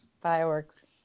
fireworks